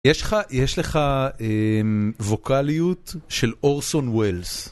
יש לך ווקליות של אורסון ווילס.